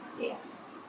Yes